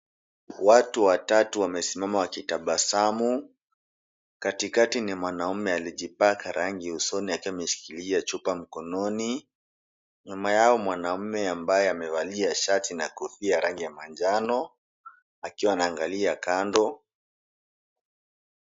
Watu watatu wamesimama wakitabasamu. Katikati ni mwanaume alijipaka rangi usoni akiwa ameshikilia chupa mkononi. Nyuma yao mwanaume ambaye amevalia shati na kofia ya rangi ya manjano, akiwa anaangalia kando.